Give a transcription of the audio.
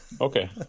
Okay